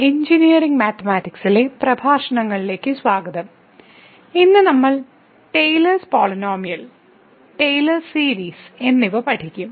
engineering mathematics 1 ലെ പ്രഭാഷണങ്ങളിലേക്ക് സ്വാഗതം ഇന്ന് നമ്മൾ Taylor's polynomial Taylor's polynomial Taylor series എന്നിവ പഠിക്കും